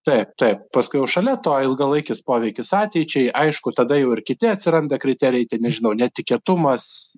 taip taip paskui jau šalia to ilgalaikis poveikis ateičiai aišku tada jau ir kiti atsiranda kriterijai ten nežinau netikėtumas